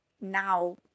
now